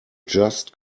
just